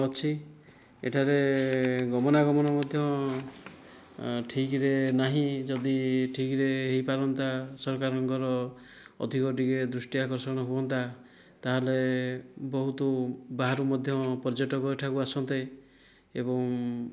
ଅଛି ଏଠାରେ ଗମନାଗମନ ମଧ୍ୟ ଠିକ୍ରେ ନାହିଁ ଯଦି ଠିକ୍ରେ ହୋଇପାରନ୍ତା ସରକାରଙ୍କର ଅଧିକ ଟିକେ ଦୃଷ୍ଟି ଆକର୍ଷଣ ହୁଅନ୍ତା ତାହେଲେ ବହୁତ ବାହାରୁ ମଧ୍ୟ ପର୍ଯ୍ୟଟକ ଏଠାକୁ ଆସନ୍ତେ ଏବଂ